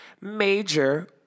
Major